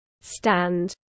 stand